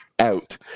out